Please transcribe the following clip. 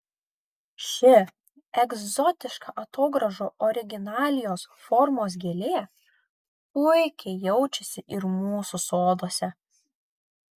ši egzotiška atogrąžų originalios formos gėlė puikiai jaučiasi ir mūsų soduose